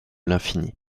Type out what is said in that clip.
l’infini